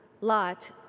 Lot